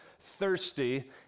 thirsty